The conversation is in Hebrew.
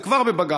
זה כבר בבג"ץ,